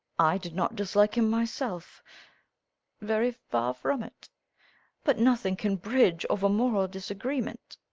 i did not dislike him myself very far from it but nothing can bridge over moral disagreement.